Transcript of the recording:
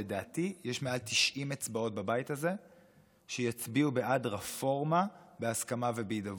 לדעתי יש מעל 90 אצבעות בבית הזה שיצביעו בעד רפורמה בהסכמה ובהידברות.